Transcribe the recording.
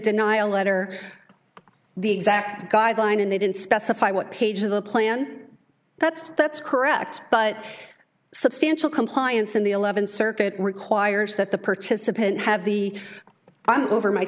denial letter the exact guideline and they didn't specify what page of the plan that's that's correct but substantial compliance in the eleventh circuit requires that the participant have the i'm over my